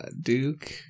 Duke